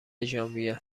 ژانویه